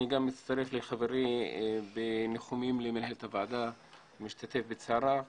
גם אני מצרף לדבריו של חברי בניחומים למנהלת הוועדה ומשתתף בצערה.